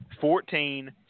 Fourteen